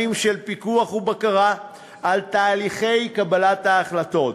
של פיקוח ובקרה על תהליכי קבלת ההחלטות,